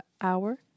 hour